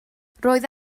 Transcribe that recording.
roedd